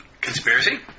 conspiracy